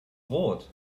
rot